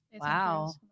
Wow